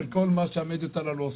של כל מה שהמדיות האלו עושות.